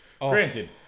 Granted